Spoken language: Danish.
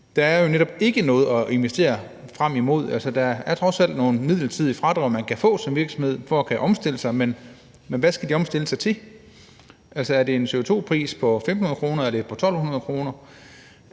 der er jo netop ikke noget at investere frem imod. Der er nogle midlertidige fradrag, virksomhederne kan få, for at kunne omstille sig, men hvad skal de omstille sig til? Er det en CO2-pris på 1500 kr.? Er det på 1.200 kr.?